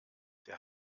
der